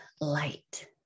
light